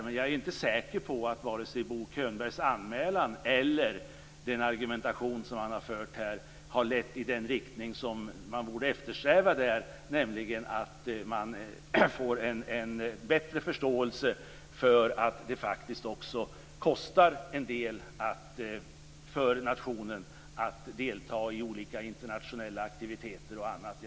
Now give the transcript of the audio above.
Men jag är inte säker på att vare sig Bo Könbergs anmälan eller den argumentation som han har fört här har lett i den riktning som man borde eftersträva, nämligen att få en bättre förståelse för att det faktiskt kostar en del för nationen att delta i olika internationella aktiviteter och annat.